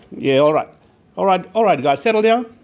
yeah all right, all right all right guys, settle down!